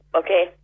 okay